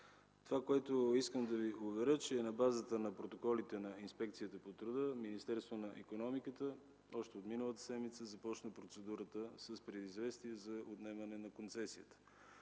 Това, което искам да Ви уверя е, че на базата на протоколите на Инспекцията по труда, Министерството на икономиката, енергетиката и туризма още от миналата седмица започна процедурата с предизвестие за отнемане на концесията.